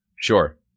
Sure